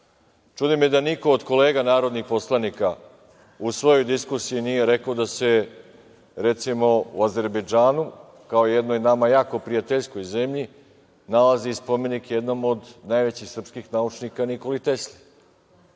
me da niko od kolega, narodnih poslanika, u svojoj diskusiji nije rekao da se, recimo, u Azerbejdžanu, kao jednoj nama jako prijateljskoj zemlji nalazi spomenik jednom od najvećih srpskih naučnika, Nikoli Tesli. Čini